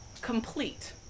complete